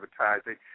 Advertising